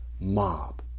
mob